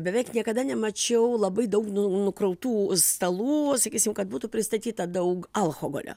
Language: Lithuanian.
beveik niekada nemačiau labai daug nu nukrautų stalų sakysim kad būtų pristatyta daug alchogolio